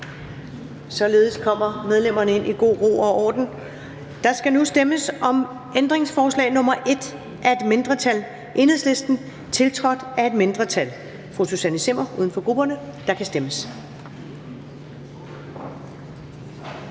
Således kommer medlemmer nu ind i god ro og orden. Der skal nu stemmes om ændringsforslag nr. 1 af et mindretal (EL), tiltrådt af et mindretal (Susanne Zimmer (UFG)), og der kan stemmes.